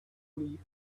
leave